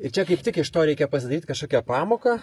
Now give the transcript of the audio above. ir čia kaip tik iš to reikia pasidaryt kažkokią tai pamoką